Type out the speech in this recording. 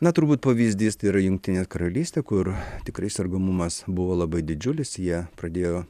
na turbūt pavyzdys tai yra jungtinė karalystė kur tikrai sergamumas buvo labai didžiulis jie pradėjo